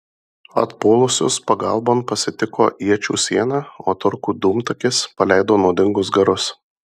atpuolusius pagalbon pasitiko iečių siena o turkų dūmtakis paleido nuodingus garus